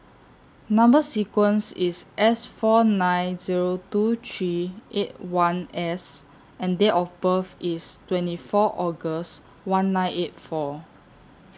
Number sequence IS S four nine Zero two three eight one S and Date of birth IS twenty four August one nine eight four